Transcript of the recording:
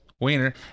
Wiener